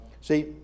See